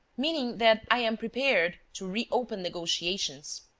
meaning that i am prepared to reopen negotiations.